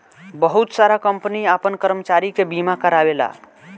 बहुत सारा कंपनी आपन कर्मचारी के बीमा कारावेला